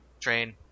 train